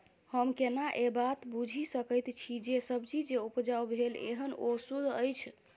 हम केना ए बात बुझी सकैत छी जे सब्जी जे उपजाउ भेल एहन ओ सुद्ध अछि?